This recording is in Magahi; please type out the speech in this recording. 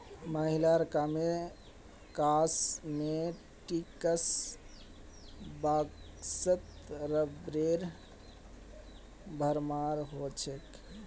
महिलार कॉस्मेटिक्स बॉक्सत रबरेर भरमार हो छेक